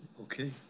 Okay